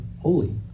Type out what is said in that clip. holy